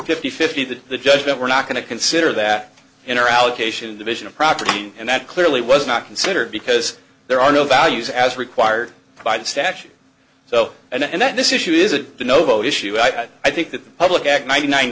fifty fifty that the judge that we're not going to consider that in our allocation division of property and that clearly was not considered because there are no values as required by the statute so and that this issue is a no vote issue i think that the public act ninety nine